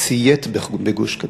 ציית בגוש-קטיף,